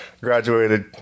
graduated